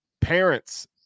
parents